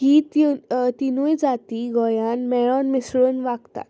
ही त्यून तिनूय जाती गोंयांत मेळून मिसळून वागतात